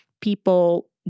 people